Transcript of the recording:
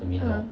uh